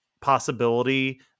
possibility